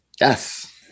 Yes